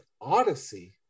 Odyssey